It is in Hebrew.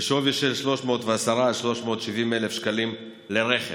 בשווי של 310,000 370,000 שקלים לרכב.